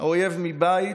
האויב מבית